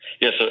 Yes